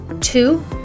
Two